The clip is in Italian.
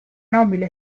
nobile